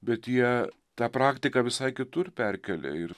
bet jie tą praktiką visai kitur perkėlė ir